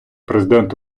президент